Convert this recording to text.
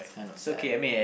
it's kind of sad